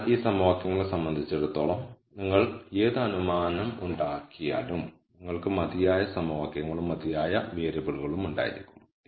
അതിനാൽ ഈ സമവാക്യങ്ങളെ സംബന്ധിച്ചിടത്തോളം നിങ്ങൾ ഏത് അനുമാനം ഉണ്ടാക്കിയാലും നിങ്ങൾക്ക് മതിയായ സമവാക്യങ്ങളും മതിയായ വേരിയബിളുകളും ഉണ്ടായിരിക്കും